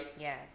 Yes